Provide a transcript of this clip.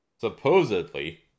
supposedly